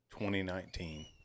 2019